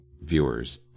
viewers